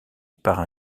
par